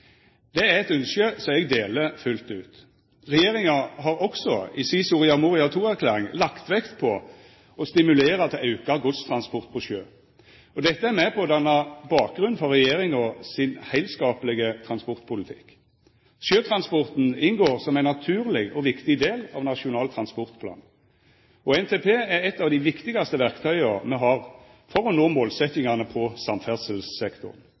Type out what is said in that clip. Det er eit ynske som eg deler fullt ut. Regjeringa har også i si Soria Moria II-erklæring lagt vekt på å stimulera til auka godstransport på sjøen, og dette er med på å danna bakgrunnen for regjeringa sin heilskaplege transportpolitikk. Sjøtransporten inngår som ein naturleg og viktig del av Nasjonal transportplan, og NTP er eit av dei viktigaste verktøya me har for å nå målsetjingane på samferdselssektoren.